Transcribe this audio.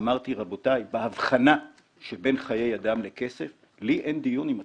אמרתי לכם שבהבחנה שבין חיי אדם לכסף לי אין דיון עם עצמי.